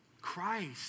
Christ